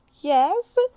Yes